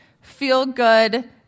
feel-good